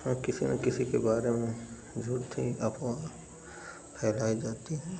हाँ किसी ना किसी के बारे में झूठी अफवाह फैलाई जाती है